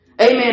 Amen